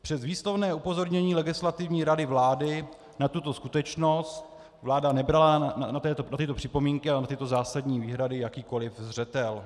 Přes výslovné upozornění Legislativní rady vlády na tuto skutečnost vláda nebrala na tyto připomínky a na tyto zásadní výhrady jakýkoliv zřetel.